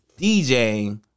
DJing